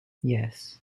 yes